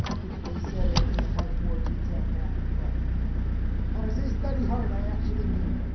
you know, they said it in a much more detailed manner. but when i say study hard, i actually mean it.